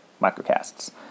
microcasts